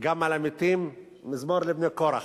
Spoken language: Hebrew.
גם על המתים, מזמור לבני קורח.